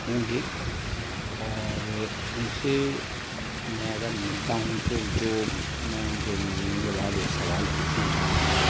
ہوں گے اور ان سے میں اگر ملتا ہوں تو جو میں ان سے ملنے کے بعد ایک سوال پوچھنا چاہوں گا